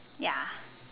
ya